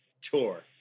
tour